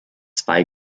zwei